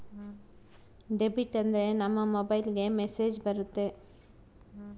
debit ಆದ್ರೆ ನಮ್ ಮೊಬೈಲ್ಗೆ ಮೆಸ್ಸೇಜ್ ಬರುತ್ತೆ